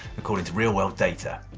according to real world data.